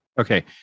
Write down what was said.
okay